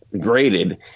graded